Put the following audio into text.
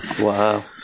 Wow